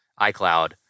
iCloud